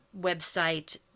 website